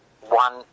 one